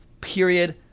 period